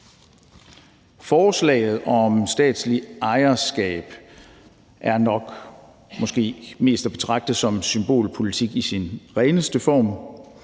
Forslaget om statsligt ejerskab er nok måske mest at betragte som symbolpolitik i sin reneste form.